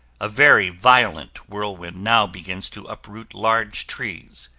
a very violent whirlwind now begins to uproot large trees,